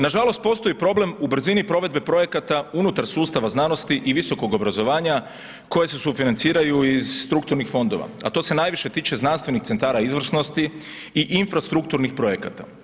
Nažalost postoji problem u brzini provedbe projekata unutar sustava znanosti i visokog obrazovanja koje se sufinanciraju iz strukturnih fondova a to se najviše tiče znanstvenih centara izvršnosti i infrastrukturnih projekata.